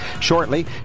Shortly